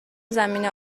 زمین